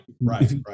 right